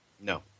No